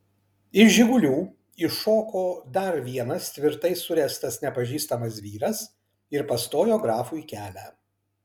iš žigulių iššoko dar vienas tvirtai suręstas nepažįstamas vyras ir pastojo grafui kelią